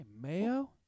mayo